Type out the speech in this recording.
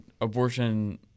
abortion